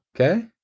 okay